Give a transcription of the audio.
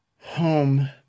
Home